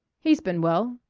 he's been well.